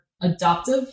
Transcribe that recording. Adoptive